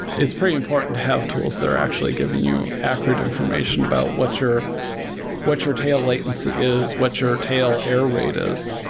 it's pretty important to have tools that are actually giving you accurate information about what your what your tail latency is, what your tail air rate is.